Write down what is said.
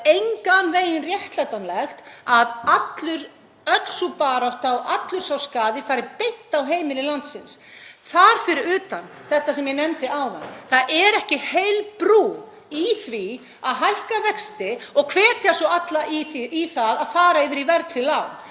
engan veginn réttlætanlegt að öll sú barátta og allur sá skaði lendi beint á heimilum landsins. Þar fyrir utan er þetta sem ég nefndi áðan, að það er ekki heil brú í því að hækka vexti og hvetja alla til þess að fara yfir í verðtryggð